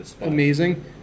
amazing